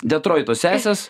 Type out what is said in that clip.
detroito sesės